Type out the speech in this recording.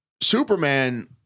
superman